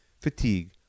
fatigue